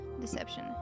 deception